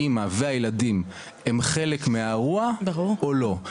האימא והילדים הם חלק מהאירוע או לא?